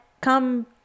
come